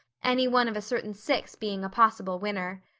any one of a certain six being a possible winner.